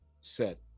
set